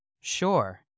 Sure